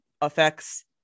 affects